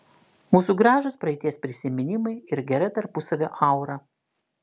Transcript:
mūsų gražūs praeities prisiminimai ir gera tarpusavio aura